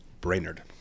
Brainerd